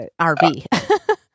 RV